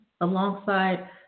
alongside